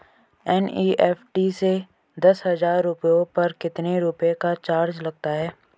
NEFT से दस हजार रुपयों पर कितने रुपए का चार्ज लगता है?